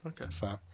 Okay